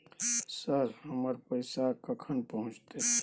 Sir, हमर पैसा कखन पहुंचतै?